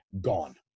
Gone